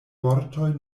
vortoj